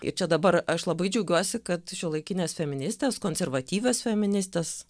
ir čia dabar aš labai džiaugiuosi kad šiuolaikinės feministės konservatyvios feministės